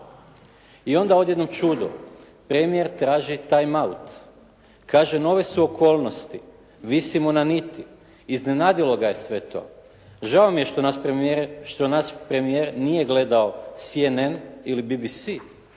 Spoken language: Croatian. I ona od jednom čudo, premijer traži time aut. Kaže nove su okolnosti, visimo na niti. Iznenadilo ga je sve to. Žao mi je što nas premijer nije gledao CNN ili BBC